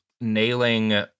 nailing